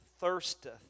thirsteth